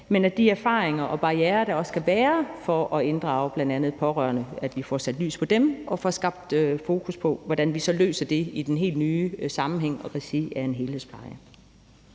belyst de erfaringer og barrierer, der også kan være for at inddrage bl.a. de pårørende, og får skabt fokus på, hvordan vi så løser det i den helt nye sammenhæng og i regi af en helhedspleje.